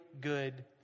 good